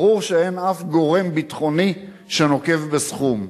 ברור שאין אף גורם ביטחוני שנוקב בסכום.